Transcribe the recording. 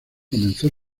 comenzó